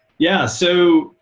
yeah, so,